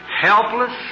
helpless